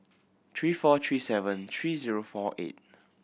three four three seven three zero four eight